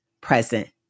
present